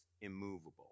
immovable